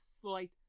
slight